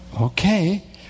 Okay